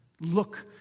Look